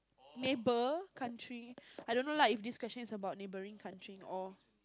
neighbour country I don't know lah is this question is about neighbouring country or